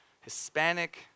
Hispanic